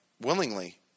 willingly